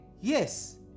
Yes